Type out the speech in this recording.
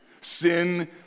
Sin